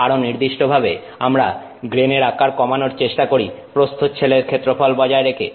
আরো নির্দিষ্টভাবে আমরা গ্রেনের আকার কমানোর চেষ্টা করি প্রস্থচ্ছেদের ক্ষেত্রফল বজায় রেখে